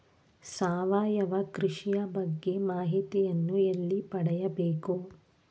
ಸಾವಯವ ಕೃಷಿಯ ಬಗ್ಗೆ ಮಾಹಿತಿಯನ್ನು ಎಲ್ಲಿ ಪಡೆಯಬೇಕು?